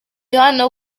hano